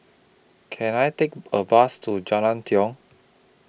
Can I Take A Bus to Jalan Tiong